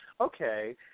okay